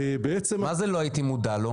ובעצם -- מה זה "לא הייתי מודע לו"?